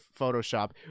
Photoshop